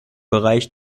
bereich